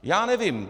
Já nevím.